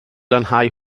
lanhau